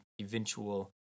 eventual